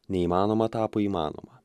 neįmanoma tapo įmanoma